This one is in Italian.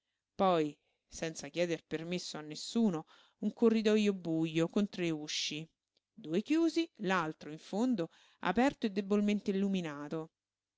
poi senza chieder permesso a nessunonessuno un corridojo bujo con tre usci due chiusi l'altro in fondo aperto e debolmente illuminato